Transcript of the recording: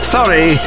Sorry